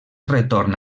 retorn